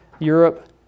Europe